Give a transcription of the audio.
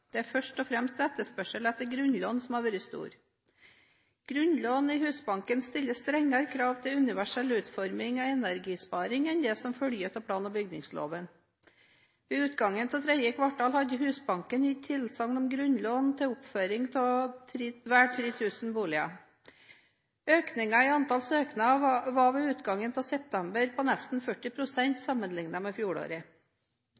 Det er først og fremst etterspørsel etter grunnlån som har vært stor. Grunnlån i Husbanken stiller strengere krav til universell utforming og energisparing enn det som følger av plan- og bygningsloven. Ved utgangen av tredje kvartal hadde Husbanken gitt tilsagn om grunnlån til oppføring av vel 3 000 boliger. Økningen i antall søknader var ved utgangen av september på nesten 40